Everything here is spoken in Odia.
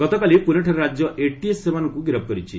ଗତକାଲି ପୁଣେଠାରେ ରାଜ୍ୟ ଏଟିଏସ୍ ସେମାନଙ୍କୁ ଗିରଫ କରିଛି